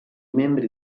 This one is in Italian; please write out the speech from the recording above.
membri